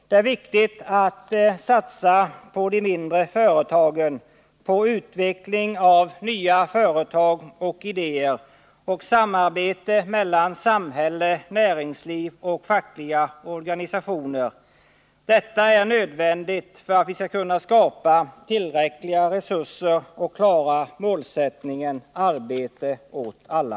Det är viktigt att satsa på de mindre företagen, på utveckling av nya företag och idéer och samarbete mellan samhälle, näringsliv och fackliga organisationer. Detta är nödvändigt för att vi skall kunna skapa tillräckliga resurser och klara målsättningen ”arbete åt alla”.